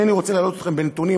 אינני רוצה להלאות אתכם בנתונים,